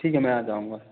ठीक है मैं आ जाऊँगा